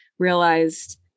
realized